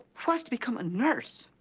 was to become a nurse,